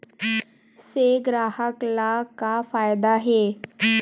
से ग्राहक ला का फ़ायदा हे?